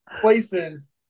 places